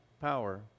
power